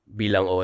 bilang